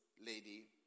lady